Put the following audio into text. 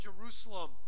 Jerusalem